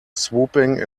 swooping